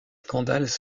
scandales